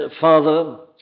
Father